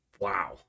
wow